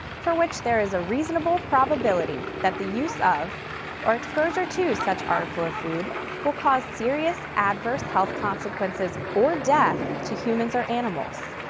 for which there is a reasonable probability that the use of or exposure to such article of food will cause serious adverse health consequences or death to humans or animals.